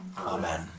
Amen